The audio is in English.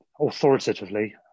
authoritatively